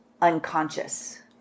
unconscious